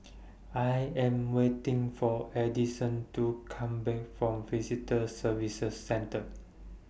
I Am waiting For Adison to Come Back from Visitor Services Centre